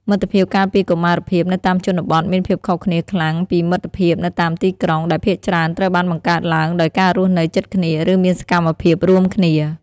មិត្តភាពកាលពីកុមារភាពនៅតាមជនបទមានភាពខុសគ្នាខ្លាំងពីមិត្តភាពនៅតាមទីក្រុង ដែលភាគច្រើនត្រូវបានបង្កើតឡើងដោយការរស់នៅជិតគ្នាឬមានសកម្មភាពរួមគ្នា។